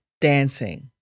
dancing